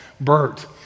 Bert